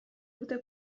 urte